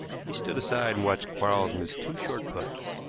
he stood aside and watched quarles miss two short puts.